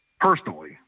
personally